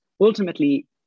ultimately